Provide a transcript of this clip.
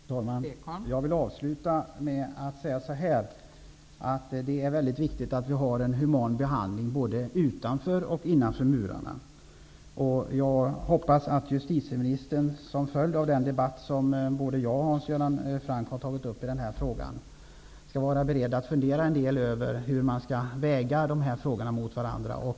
Fru talman! Jag vill avsluta med att säga att det är mycket viktigt med en human behandling både utanför och innanför murarna. Jag hoppas att justitieministern, som en följd av den debatt som både jag och Hans Göran Franck har tagit upp i den här frågan, skall vara beredd att fundera en del över hur man skall väga de här aspekterna mot varandra.